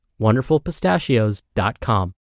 WonderfulPistachios.com